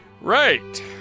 Right